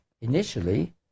initially